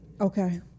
Okay